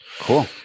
cool